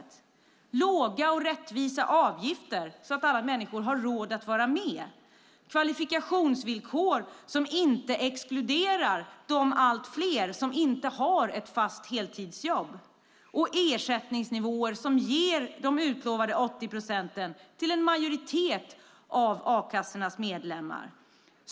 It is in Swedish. Det behövs låga och rättvisa avgifter så att alla människor har råd att vara med, kvalifikationsvillkor som inte exkluderar det allt större antalet som inte har ett fast heltidsjobb samt ersättningsnivåer som ger de utlovade 80 procenten till en majoritet av a-kassornas medlemmar.